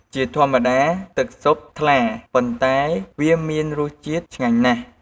ជាធម្មតា ទឹកស៊ុបថ្លាប៉ុន្តែវាមានរសជាតិឆ្ងាញ់ណាស់។